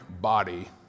body